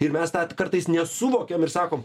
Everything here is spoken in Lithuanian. ir mes tą kartais nesuvokiam ir sakom